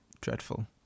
dreadful